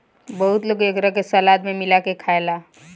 बहुत लोग एकरा के सलाद में मिला के खाएला